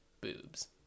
boobs